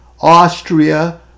Austria